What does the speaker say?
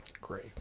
Great